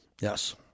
Yes